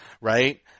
right –